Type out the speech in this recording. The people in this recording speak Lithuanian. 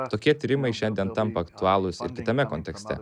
tokie tyrimai šiandien tampa aktualūs o kitame kontekste